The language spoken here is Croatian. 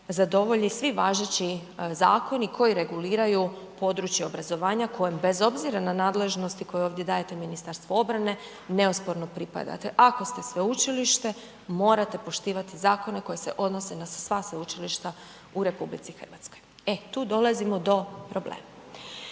zadovolji svi važeći zakoni koji reguliraju područje obrazovanja koje bez obzira na nadležnosti koje ovdje dajete Ministarstvu obrane, neosporno pripadate. Ako ste sveučilište, morate poštivati zakone koji se odnose na sva sveučilišta u RH. E tu dolazimo do problema.